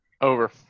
Over